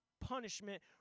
punishment